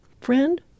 Friend